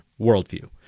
worldview